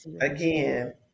Again